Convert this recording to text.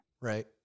Right